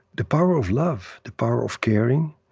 the power of love, the power of caring,